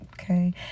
Okay